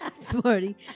Smarty